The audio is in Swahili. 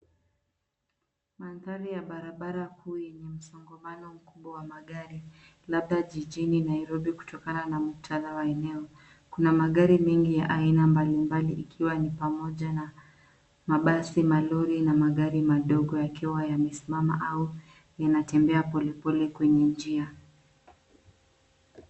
Mandhari ya barabara kuu yenye msongamano mkubwa wa magari labda jijini Nairobi labda kutokana na mtala wa eneo. Kuna magari mengi ya aina mbalimbali ikiwa ni pamoja na mabasi, malori na magari madogo yakiwa yamesimama au inatembea polepole kwenye njia.